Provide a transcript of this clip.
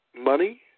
money